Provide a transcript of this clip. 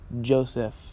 Joseph